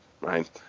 right